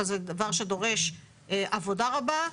אבל זה דבר שדורש עבודה רבה,